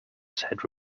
said